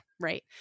Right